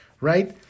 right